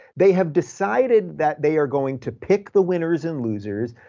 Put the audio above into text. they have decided that they are going to pick the winners and losers,